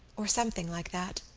or something like that.